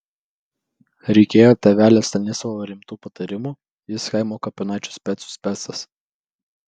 reikėjo tėvelio stanislovo rimtų patarimų jis kaimo kapinaičių specų specas